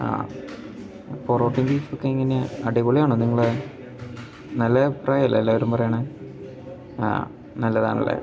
ആ പൊറോട്ടേം ബീഫോക്കെ എങ്ങനെയാണ് അടിപൊളിയാണോ നിങ്ങളെ നല്ല അഭിപ്രായമല്ലെ എല്ലാവ്രരും പറയുന്നത് ആ നല്ലതാണല്ലേ